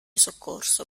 soccorso